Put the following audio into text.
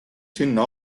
sinna